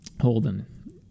Holden